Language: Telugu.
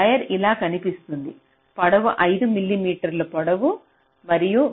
వైర్ ఇలా కనిపిస్తుంది పొడవు 5 మిమీ పొడవు మరియు వెడల్పు 0